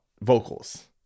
vocals